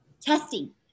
testing